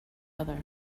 other